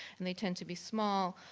and they tend to be small.